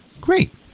Great